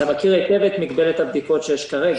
אתה מכיר היטב את מגבלת הבדיקות שיש כרגע.